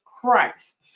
Christ